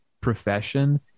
profession